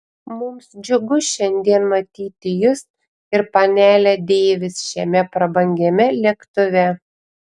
mums džiugu šiandien matyti jus ir panelę deivis šiame prabangiame lėktuve